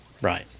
right